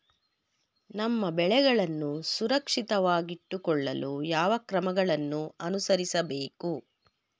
ನಮ್ಮ ಬೆಳೆಗಳನ್ನು ಸುರಕ್ಷಿತವಾಗಿಟ್ಟು ಕೊಳ್ಳಲು ಯಾವ ಕ್ರಮಗಳನ್ನು ಅನುಸರಿಸಬೇಕು?